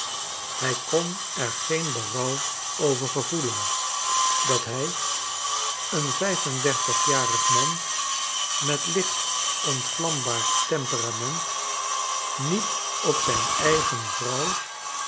hij kon er geen berouw over gevoelen dat hij een vijf en dertigjarig man met licht ontvlambaar temperament niet op zijn eigen vrouw